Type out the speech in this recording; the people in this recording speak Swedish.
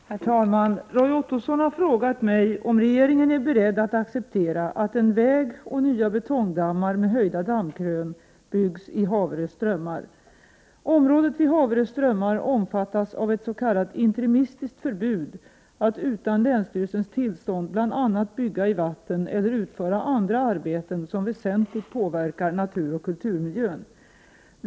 Herr talman! Roy Ottosson har frågat mig om regeringen är beredd att acceptera att en väg och nya betongdammar med höjda dammkrön byggs i Haverö strömmar. Området vid Haverö strömmar omfattas av ett s.k. interimistiskt förbud, så att man utan länsstyrelsens tillstånd bl.a. inte får bygga i vatten eller utföra andra arbeten som väsentligt påverkar naturoch kulturmiljön.